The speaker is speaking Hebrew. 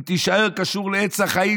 אם תישאר קשור לעץ החיים,